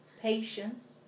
patience